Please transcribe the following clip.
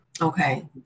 Okay